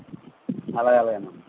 అలగా అలాగేనమ్మ